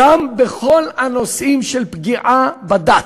גם בכל הנושאים של פגיעה בדת.